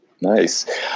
Nice